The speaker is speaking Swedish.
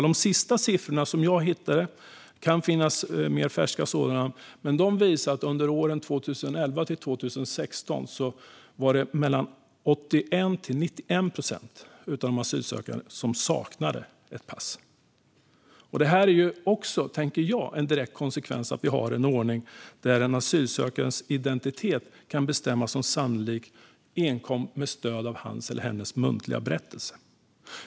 De senaste siffrorna jag hittade - det kan finnas färskare sådana - visar att det under åren 2011-2016 var mellan 81 och 91 procent av de asylsökande som saknade pass. Detta är, tänker jag, en direkt konsekvens av att vi har en ordning där en asylsökandes identitet kan bestämmas som sannolik enkom med stöd av hans eller hennes muntliga berättelse.